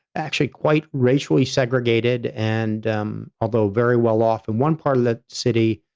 actually quite racially segregated and um although very well off in one part of that city,